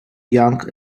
young